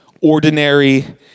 ordinary